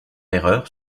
erreur